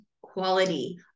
quality